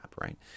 right